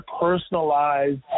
personalized